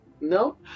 No